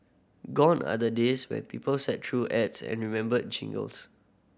gone are the days when people sat through ads and remembered jingles